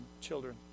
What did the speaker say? children